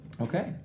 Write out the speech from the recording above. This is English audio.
Okay